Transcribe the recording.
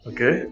Okay